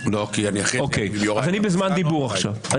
אני בזמן דיבור עכשיו.